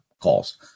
calls